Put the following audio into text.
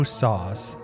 sauce